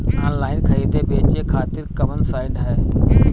Online खरीदे बेचे खातिर कवन साइड ह?